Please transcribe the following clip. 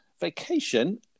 vacation